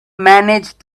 manage